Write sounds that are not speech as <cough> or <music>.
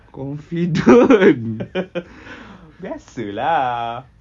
confident <laughs> <breath>